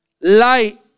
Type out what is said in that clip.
Light